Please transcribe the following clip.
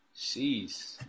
jeez